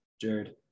Jared